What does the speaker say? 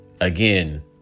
again